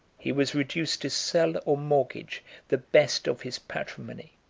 he was reduced to sell or mortgage the best of his patrimony.